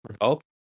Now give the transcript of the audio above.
help